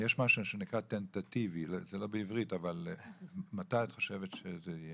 יש משהו שנקרא טנטטיבי, מתי את חושבת שזה יהיה?